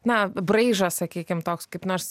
na braižą sakykim toks kaip nors